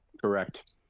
Correct